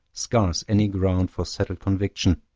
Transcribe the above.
scarce any ground for settled conviction,